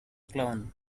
clown